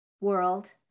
world